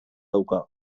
dauka